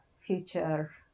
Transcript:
future